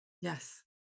Yes